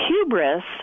hubris